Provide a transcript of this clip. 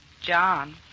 John